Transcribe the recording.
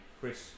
chris